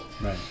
right